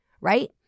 right